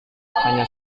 hanya